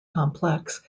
complex